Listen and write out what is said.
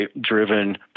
driven